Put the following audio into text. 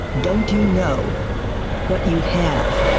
don't you know what you have?